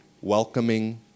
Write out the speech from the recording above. welcoming